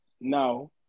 now